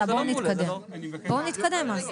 לא, זה לא מעולה -- בואו נתקדם אז.